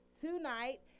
tonight